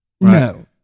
No